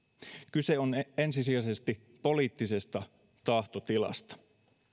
kyse on ensisijaisesti poliittisesta tahtotilasta